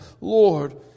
Lord